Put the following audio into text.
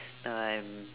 now I am